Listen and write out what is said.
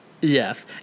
Yes